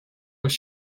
was